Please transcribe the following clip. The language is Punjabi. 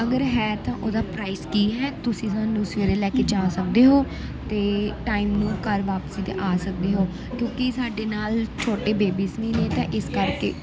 ਅਗਰ ਹੈ ਤਾਂ ਉਹਦਾ ਪ੍ਰਾਈਸ ਕੀ ਹੈ ਤੁਸੀਂ ਸਾਨੂੰ ਸਵੇਰੇ ਲੈ ਕੇ ਜਾ ਸਕਦੇ ਹੋ ਅਤੇ ਟਾਈਮ ਨੂੰ ਘਰ ਵਾਪਸੀ 'ਤੇ ਆ ਸਕਦੇ ਹੋ ਕਿਉਂਕਿ ਸਾਡੇ ਨਾਲ ਛੋਟੇ ਬੇਬੀਸ ਵੀ ਨੇ ਤਾਂ ਇਸ ਕਰਕੇ